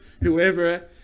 whoever